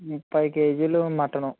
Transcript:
ముప్పై కేజీలు మటను